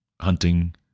hunting